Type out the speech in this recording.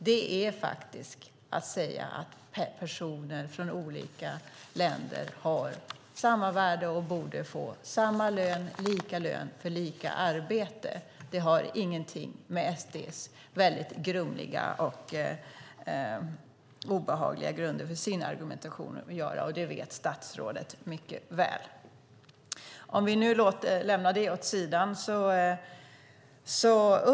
Det är faktiskt att säga att personer från olika länder har samma värde och borde få lika lön för lika arbete. Det har ingenting att göra med SD:s väldigt grumliga argumentation på obehagliga grunder. Det vet statsrådet mycket väl. Vi kan lämna det åt sidan.